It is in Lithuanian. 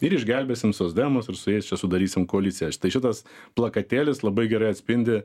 ir išgelbėsim socdemus ir su jais čia sudarysim koaliciją štai šitas plakatėlis labai gerai atspindi